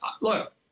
look